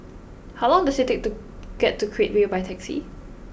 how long does it take to get to Create Way by taxi